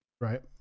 right